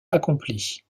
accomplie